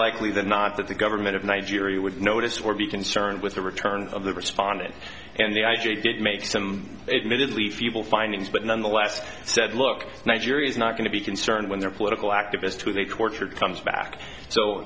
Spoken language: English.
likely than not that the government of nigeria would notice or be concerned with the return of the respondents and the i g did make some it minutely feeble findings but the last said look nigeria is not going to be concerned when their political activist who they tortured comes back so